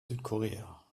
südkorea